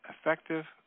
effective